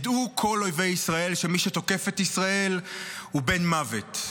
ידעו כל אויבי ישראל שמי שתוקף את ישראל הוא בן מוות.